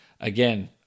Again